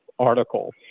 article